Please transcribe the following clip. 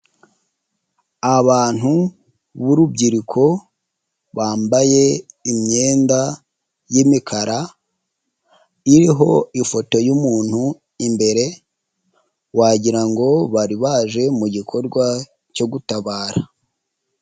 Abantu b'urubyiruko bambaye imyenda y'imikar, iriho ifoto y'umuntu imbere, wagira ngo bari baje mu gikorwa cyo gutabara.